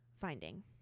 Finding